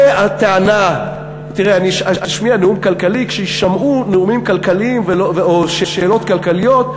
אני אשמיע נאום כלכלי כשיישמעו נאומים כלכליים או שאלות כלכליות,